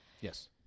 Yes